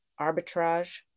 arbitrage